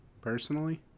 personally